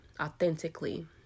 authentically